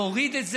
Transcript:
להוריד את זה,